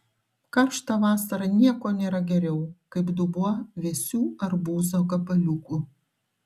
karštą vasarą nieko nėra geriau kaip dubuo vėsių arbūzo gabaliukų